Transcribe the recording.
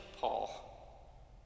Paul